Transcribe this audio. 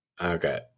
Okay